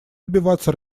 добиваться